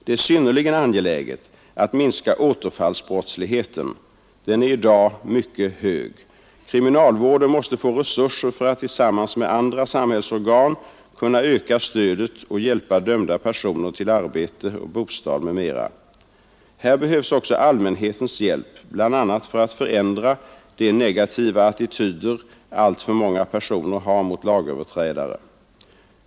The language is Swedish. Det är synnerligen angeläget att minska återfallsbrottsligheten. Den är i dag mycket hög. Kriminalvården måste få resurser för att tillsammans med andra samhällsorgan kunna öka stödet och hjälpa dömda personer till arbete, bostad m.m. Här behövs också allmänhetens hjälp, bl.a. för att förändra de negativa attityder alltför många personer har mot lagöverträdare.